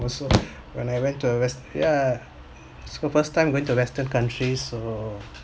well so when I went to a west yeah so first time going to western countries so